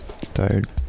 Tired